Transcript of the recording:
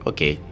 Okay